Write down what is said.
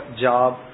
job